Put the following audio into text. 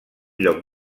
lloc